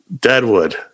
Deadwood